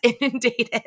inundated